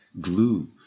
glue